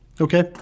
okay